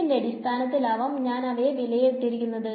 എന്തിന്റെ അടിസ്ഥാനത്തിൽ ആവാം ഞാൻ അവയെ വിലയിരുത്തുന്നത്